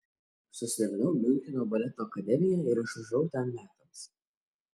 susiradau miuncheno baleto akademiją ir išvažiavau ten metams